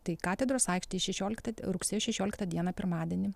tai katedros aikštėje šešioliktą rugsėjo šešioliktą dieną pirmadienį